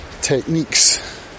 techniques